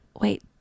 wait